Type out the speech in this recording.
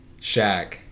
Shaq